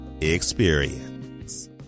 experience